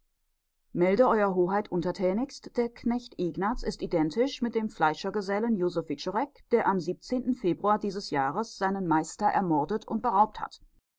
melde euer hoheit untertänigst der knecht ignaz ist identisch mit dem fleischergesellen josef wiczorek der am februar dieses jahres seinen meister ermordet und beraubt hat